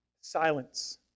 silence